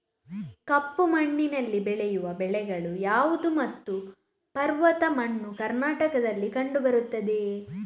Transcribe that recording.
ಕಪ್ಪು ಮಣ್ಣಿನಲ್ಲಿ ಬೆಳೆಯುವ ಬೆಳೆಗಳು ಯಾವುದು ಮತ್ತು ಪರ್ವತ ಮಣ್ಣು ಕರ್ನಾಟಕದಲ್ಲಿ ಕಂಡುಬರುತ್ತದೆಯೇ?